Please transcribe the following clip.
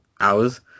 hours